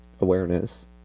awareness